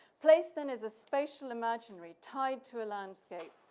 placed then as a special imaginary tied to a landscape,